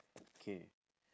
okay